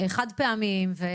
חד פעמיים.